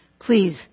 Please